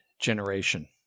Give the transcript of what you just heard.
generation